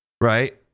right